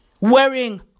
wearing